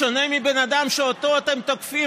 בשונה מהבן אדם שאותו אתם תוקפים,